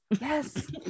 Yes